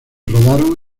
rodaron